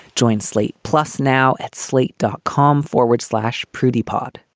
joint slate plus now at slate, dot com forward slash prudy pod